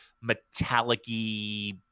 metallic-y